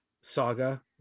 saga